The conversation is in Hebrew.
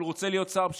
אבל הוא רוצה להיות שר,